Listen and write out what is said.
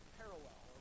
parallel